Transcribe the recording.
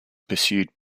pursued